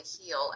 heal